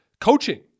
Coaching